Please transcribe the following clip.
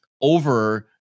over